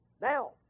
Now